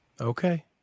Okay